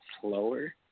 slower